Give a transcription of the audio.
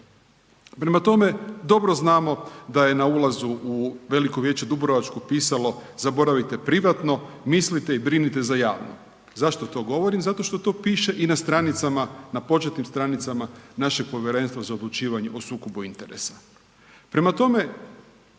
Prema tome, dobro znamo da je na ulazu u veliko vijeće dubrovačko pisalo, zaboravite privatno mislite i brinite za javno. Zašto to govorim, zato što piše i na stranicama, na početnim stranicama našeg Povjerenstva za odlučivanje o sukobu interesa. Prema tome,